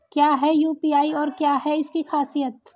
क्या है यू.पी.आई और क्या है इसकी खासियत?